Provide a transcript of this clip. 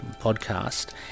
podcast